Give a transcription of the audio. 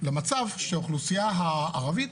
למצב שהאוכלוסייה הערבית,